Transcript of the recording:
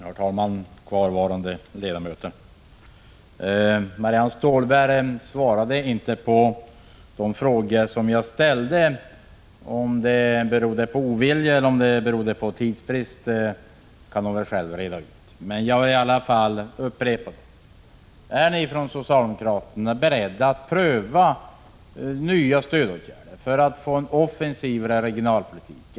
Herr talman! Kvarvarande ledamöter! Marianne Stålberg svarade inte på de frågor som jag ställde. Om detta berodde på ovilja eller på tidsbrist kan hon väl själv reda ut. Jag upprepar emellertid: Är ni socialdemokrater beredda att pröva nya stödåtgärder för att åstadkomma en offensivare regionalpolitik?